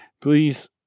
please